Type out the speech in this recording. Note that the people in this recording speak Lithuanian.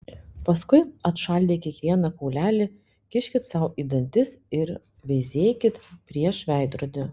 paskui atšaldę kiekvieną kaulelį kiškit sau į dantis ir veizėkit prieš veidrodį